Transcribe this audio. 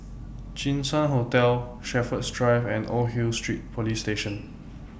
Jinshan Hotel Shepherds Drive and Old Hill Street Police Station